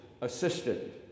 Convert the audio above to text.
assistant